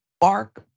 bark